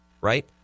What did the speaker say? right